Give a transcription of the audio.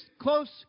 close